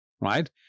right